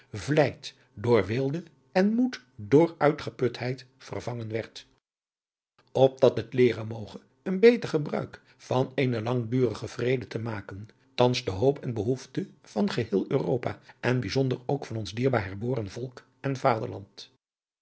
vlijt door weelde en moed door uitgeputheid vervangen werd opdat het leeren moge een beter gebruik van eenen langdurigen vrede te maken thans de hoop en behoefte van geheel europa en bijzonder ook van ons dierbaar herboren volk en vaderland